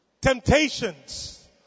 temptations